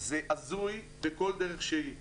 זה הזוי בכל דרך שהיא.